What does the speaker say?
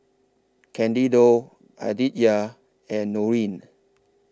Candido Aditya and Norene